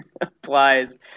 applies